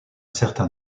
certain